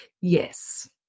Yes